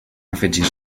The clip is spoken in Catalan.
afegir